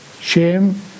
Shame